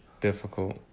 difficult